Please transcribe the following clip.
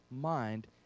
mind